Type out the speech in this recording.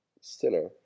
sinner